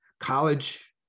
College